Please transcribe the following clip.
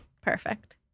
Perfect